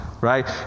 right